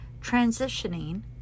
transitioning